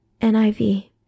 NIV